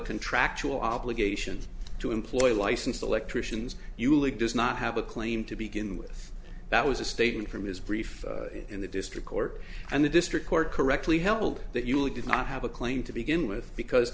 contractual obligations to employ licensed electricians ulick does not have a claim to begin with that was a statement from his brief in the district court and the district court correctly held that usually did not have a claim to begin with because